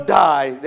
die